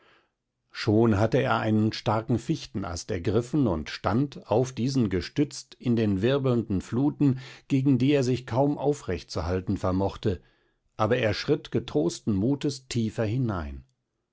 schon hatte er einen starken fichtenast ergriffen und stand auf diesen gestützt in den wirbelnden fluten gegen die er sich kaum aufrecht zu halten vermochte aber er schritt getrosten mutes tiefer hinein